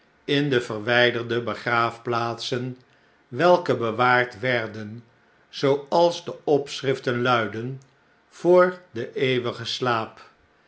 in de verwjjderde begraafplaatsen welke bewaard werden zooals de opschriften luidden voor den eeuwigen slaap